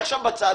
נעזוב את זה בצד,